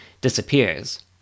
disappears